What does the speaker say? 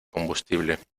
combustible